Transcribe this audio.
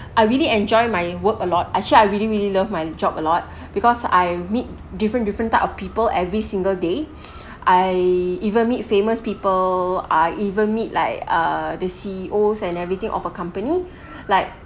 I really enjoy my work a lot actually I really really love my job a lot because I meet different different type of people every single day I even meet famous people ah even meet like uh the C_E_O and everything of a company like